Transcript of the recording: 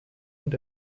und